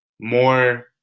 more